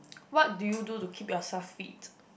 what do you do to keep yourself fit